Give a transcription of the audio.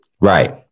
Right